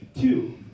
Two